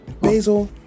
Basil